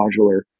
modular